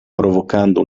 provocando